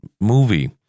movie